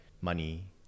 money